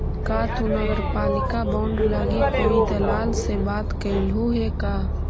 का तु नगरपालिका बॉन्ड लागी कोई दलाल से बात कयलहुं हे का?